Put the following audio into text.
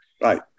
right